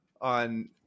on